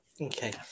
Okay